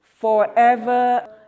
forever